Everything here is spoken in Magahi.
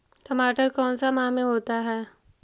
टमाटर कौन सा माह में होता है?